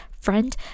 friend